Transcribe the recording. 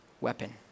weapon